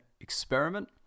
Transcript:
experiment